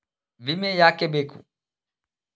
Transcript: ವಿಮೆ ಯಾಕೆ ಬೇಕು?